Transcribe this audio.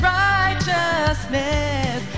righteousness